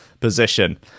position